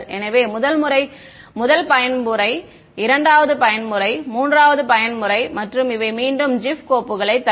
எனவே முதல் பயன்முறை இரண்டாவது பயன்முறை மூன்றாவது பயன்முறை மற்றும் இவை மீண்டும் gif கோப்புகளை தரும்